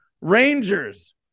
Rangers